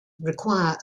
require